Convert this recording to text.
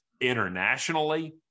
internationally